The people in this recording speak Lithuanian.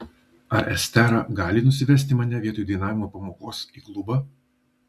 ar estera gali nusivesti mane vietoj dainavimo pamokos į klubą